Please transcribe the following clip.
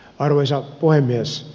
arvoisa puhemies